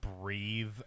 breathe